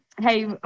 Hey